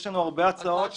יש לנו הרבה הצעות.